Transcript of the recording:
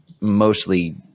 mostly